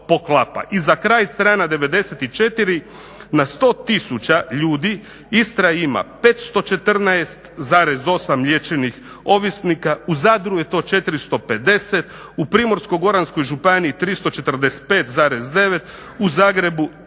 I za kraj strana 94., na 100 tisuća ljudi Istra ima 514,8 liječenih ovisnika. U Zadru je to 450, u Primorsko-goranskoj županiji 345,9, u Zagrebu